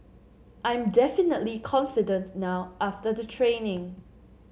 I'm definitely confident now after the training